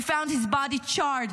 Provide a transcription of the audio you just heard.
We found his body charred,